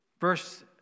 Verse